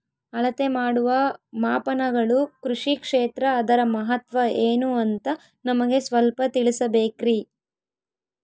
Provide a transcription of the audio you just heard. ಅಳತೆ ಮಾಡುವ ಮಾಪನಗಳು ಕೃಷಿ ಕ್ಷೇತ್ರ ಅದರ ಮಹತ್ವ ಏನು ಅಂತ ನಮಗೆ ಸ್ವಲ್ಪ ತಿಳಿಸಬೇಕ್ರಿ?